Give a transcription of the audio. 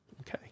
Okay